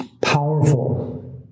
powerful